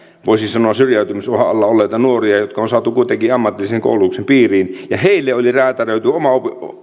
voisi sanoa syrjäytymisuhan alla olleita nuoria jotka on saatu kuitenkin ammatillisen koulutuksen piiriin ja heille oli räätälöity oma